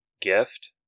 gift